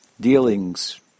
dealings